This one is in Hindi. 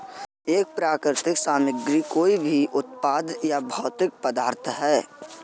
एक प्राकृतिक सामग्री कोई भी उत्पाद या भौतिक पदार्थ है